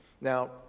Now